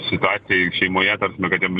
situacijai šeimoje ta prasme kad jam